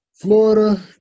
Florida